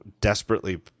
desperately